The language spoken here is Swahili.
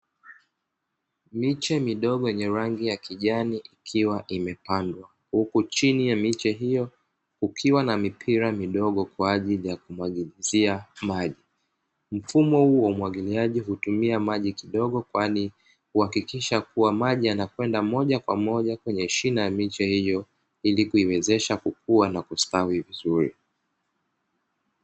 Miche midogo yenye rangi ya kijani ikiwa imepandwa, huku chini ya miche hiyo kukiwa na mipira midogo kwa ajili ya kumwagilizia maji. Mfumo huu wa umwagiliaji hutumia maji kidogo, kwani huhakikisha kuwa maji yanakwenda moja kwa moja kwenye shina ya miche hiyo ili kuwezesha kukua na kustawi vizuri.